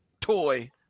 toy